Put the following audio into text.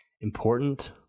important